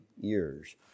years